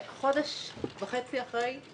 חודש וחצי אחרי כן